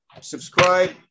Subscribe